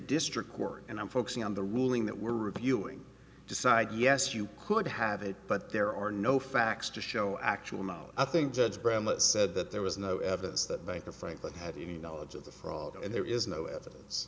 district court and i'm focusing on the ruling that we're reviewing decide yes you could have it but there are no facts to show actual no i think judge brown that said that there was no evidence that bank of franklin had any knowledge of the fraud and there is no evidence